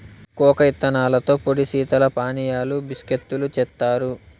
cocoa ఇత్తనాలతో పొడి శీతల పానీయాలు, బిస్కేత్తులు జేత్తారు